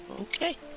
Okay